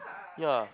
ya